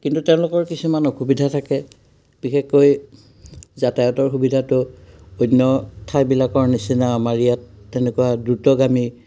কিন্তু তেওঁলোকৰ কিছুমান অসুবিধা থাকে বিশেষকৈ যাতায়াতৰ সুবিধাটো অন্য ঠাইবিলাকৰ নিচিনা আমাৰ ইয়াত তেনেকুৱা দ্ৰুতগামী